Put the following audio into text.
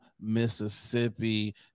Mississippi